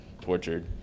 tortured